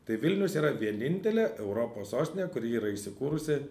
tai vilnius yra vienintelė europos sostinė kuri yra įsikūrusi